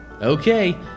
Okay